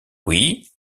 oui